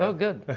so good.